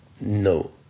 No